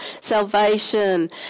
Salvation